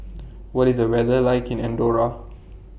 What IS The weather like in Andorra